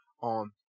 on